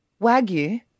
Wagyu